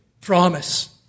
promise